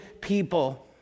people